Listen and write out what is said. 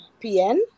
PN